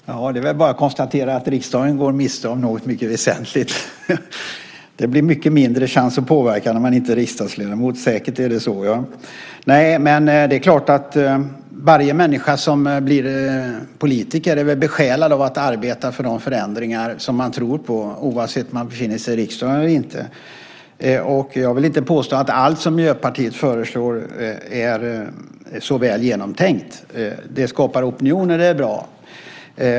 Fru talman! Det är väl bara att konstatera att riksdagen går miste om något mycket väsentligt. Det är säkert så att det blir mycket mindre chans att påverka när man inte är riksdagsledamot. Varje människa som blir politiker är väl besjälad av att arbeta för de förändringar som man tror på, oavsett om man befinner sig i riksdagen eller inte. Jag vill inte påstå att allt som Miljöpartiet föreslår är så väl genomtänkt. Det skapar opinion, och det är bra.